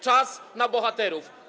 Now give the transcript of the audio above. Czas na bohaterów.